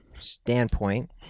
standpoint